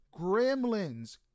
gremlins